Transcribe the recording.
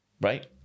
right